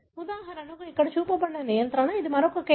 ఉదాహరణకు ఇక్కడ చూపబడినది నియంత్రణ ఇది మరొక కేసు